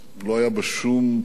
לא היתה בה שום פומפוזיות,